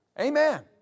Amen